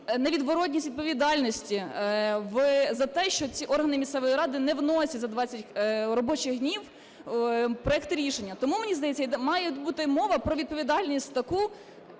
невідворотність відповідальності за те, що ці органи місцевої ради не вносять за 20 робочих днів проекти рішення. Тому, мені здається, має бути мова про відповідальність таку,